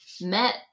met